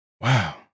Wow